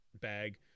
bag